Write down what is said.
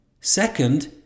Second